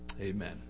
Amen